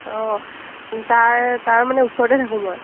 অঁ তাৰ তাৰ মানে ওচৰতে থাকোঁ মই